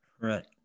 Right